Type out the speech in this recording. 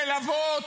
של אבות,